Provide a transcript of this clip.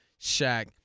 Shaq